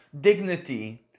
dignity